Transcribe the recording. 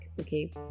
okay